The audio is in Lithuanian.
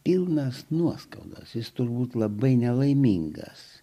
pilnas nuoskaudos jis turbūt labai nelaimingas